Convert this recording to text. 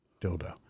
dildo